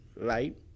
right